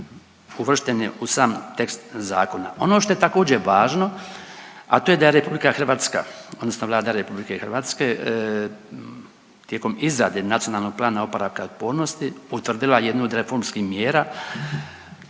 uvrštene u sam tekst zakona. Ono što je također važno a to je da je Republika Hrvatska, odnosno Vlada Republike Hrvatske tijekom izrade Nacionalnog plana oporavka i otpornosti utvrdila jednu od reformskih mjera